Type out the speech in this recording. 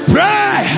Pray